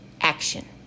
action